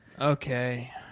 Okay